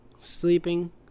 Sleeping